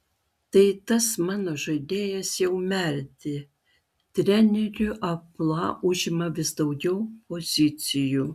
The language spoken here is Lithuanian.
tai tas mano žaidėjas jau merdi trenerio amplua užima vis daugiau pozicijų